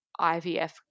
IVF